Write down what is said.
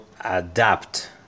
adapt